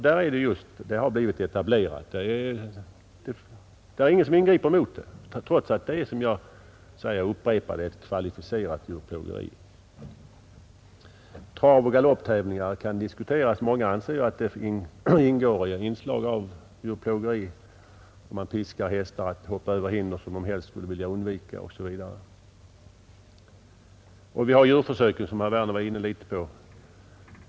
Där har djurplågeriet just blivit etablerat. Ingen ingriper längre mot det. Likaså kan man diskutera travoch galopptävlingarna. Många anser att det i sådana tävlingar ingår inslag av djurplågeri, man piskar hästarna för att få dem att hoppa över hinder som de helst vill undvika. Eller vi kan ta djurförsöken, som herr Werner också var inne på.